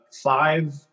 five